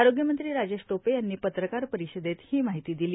आरोग्यमंत्री राजेश टोपे यांनी पत्रकार परिषदेत ही माहिती दिली